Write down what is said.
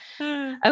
Okay